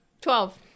Twelve